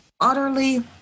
utterly